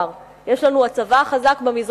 יש לנו הצבא החזק במזרח התיכון,